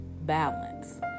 balance